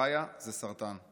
רעיה, זה סרטן.